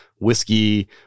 whiskey